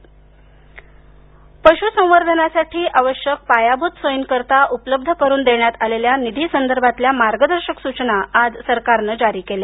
पशसंवर्धन पशुसंवर्धनासाठी आवश्यक पायाभूत सोयींकरता उपलब्ध करून देण्यात आलेल्या निधी संदर्भातल्या मार्गदर्शक सूचना आज सरकारनं जारी केल्या